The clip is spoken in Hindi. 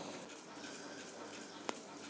सिंचाई की आधुनिक विधि कौनसी हैं?